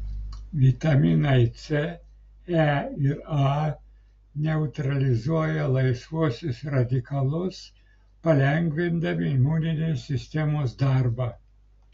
vitaminai c e ir a neutralizuoja laisvuosius radikalus palengvindami imuninės sistemos darbą